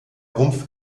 rumpf